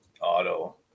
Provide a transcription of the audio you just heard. auto